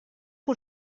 que